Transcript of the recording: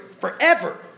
Forever